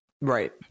Right